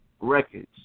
Records